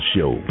Show